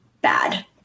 bad